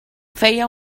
feia